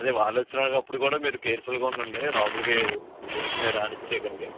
అదే వాళ్ళొచ్చిన గప్పుడు కూడా మీరు కేర్ఫుల్గా ఉండండి లోపలికి ఊరికినే రానిచ్చేయకండి